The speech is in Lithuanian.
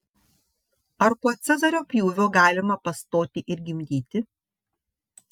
ar po cezario pjūvio galima pastoti ir gimdyti